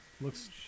Looks